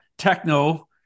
techno